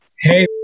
Hey